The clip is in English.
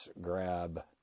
grab